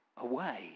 away